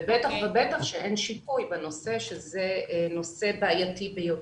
בטח שאין שיפוי בנושא וזה נושא בעייתי ביותר.